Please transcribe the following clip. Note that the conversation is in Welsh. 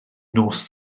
nos